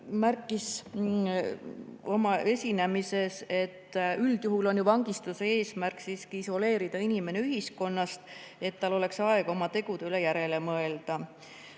märkis oma esinemises, et üldjuhul on vangistuse eesmärk isoleerida inimene ühiskonnast, et tal oleks aega oma tegude üle järele mõelda.